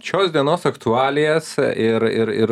šios dienos aktualijas ir ir ir